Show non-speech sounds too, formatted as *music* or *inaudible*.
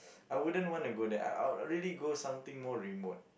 *noise* I wouldn't want to go there I I'd really go something more remote